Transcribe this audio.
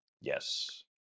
Yes